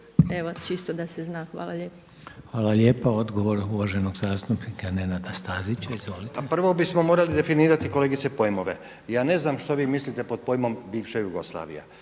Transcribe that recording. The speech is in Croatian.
Evo čisto da se zna. Hvala lijepo. **Reiner, Željko (HDZ)** Hvala lijepa. Odgovor uvaženog zastupnika Nenada Stazića, izvolite. **Stazić, Nenad (SDP)** Prvo bismo morali definirati kolegice pojmove. Ja ne znam što vi mislite pod pojmom bivša Jugoslavija.